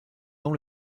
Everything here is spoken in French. dans